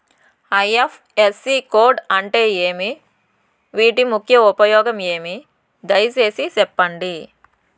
IFSC code అంటే ఏమి? వీటి ముఖ్య ఉపయోగం ఏమి? దయసేసి సెప్పండి?